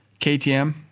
KTM